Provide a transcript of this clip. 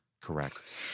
Correct